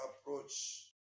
approach